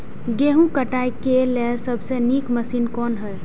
गेहूँ काटय के लेल सबसे नीक मशीन कोन हय?